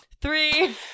Three